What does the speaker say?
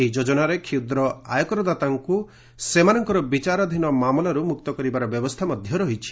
ଏହି ଯୋଜନାରେ କ୍ଷୁଦ୍ର ଆୟକରଦାତାଙ୍କୁ ସେମାନଙ୍କର ବିଚରାଧୀନ ମାମଲାରୁ ମୁକ୍ତ କରିବାର ବ୍ୟବସ୍ଥା ରହିଛି